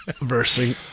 Versing